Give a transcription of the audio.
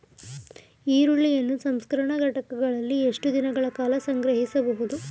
ಈರುಳ್ಳಿಯನ್ನು ಸಂಸ್ಕರಣಾ ಘಟಕಗಳಲ್ಲಿ ಎಷ್ಟು ದಿನಗಳ ಕಾಲ ಸಂಗ್ರಹಿಸಬಹುದು?